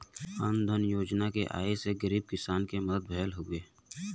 अन्न धन योजना के आये से गरीब किसान के मदद भयल हउवे